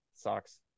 Sucks